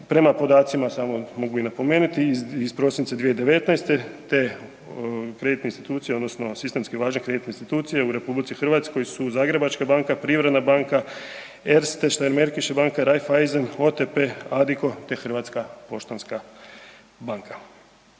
Prema podacima samo, mogu i napomenuti, iz prosinca 2019. te kreditne institucije odnosno sistemski važne kreditne institucije u RH su Zagrebačka banka, Privredna banka, Erste & Steirmarkische banka, Raiffeisen, OTP, Adiko te HPB. Radi usklađivanja